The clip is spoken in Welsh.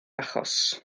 achos